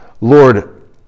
lord